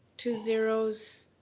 two zeros.